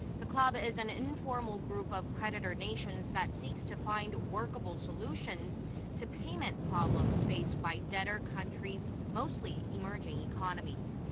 the club. is an informal group of creditor nations that seeks to find workable solutions to payment problems faced by debtor countries mostly emerging economies.